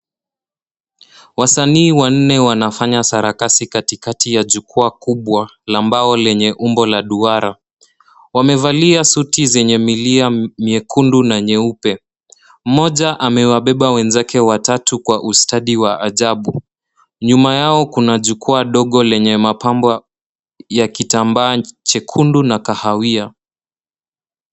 Wasanii wanne wanafanya sarakasi katikati ya jukwaa kubwa la mbao lenye umbo la duara. Wamevalia suti zenye milia miekundu na nyeupe. Mmoja amewabeba wenzake watatu kwa ustadi wa ajabu. Nyuma yao kuna jukwaa ndogo lenye mapambo ya kitambaa chekundu na kahawia.